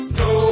no